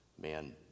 man